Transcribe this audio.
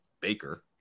Baker